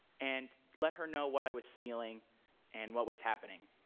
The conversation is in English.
and let her know what i was feeling and what was happening.